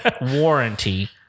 warranty